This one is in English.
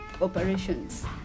operations